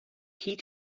key